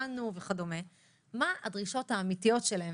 מה הדרישות האמיתיות שלהן,